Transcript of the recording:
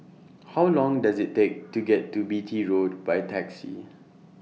How Long Does IT Take to get to Beatty Road By Taxi